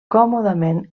còmodament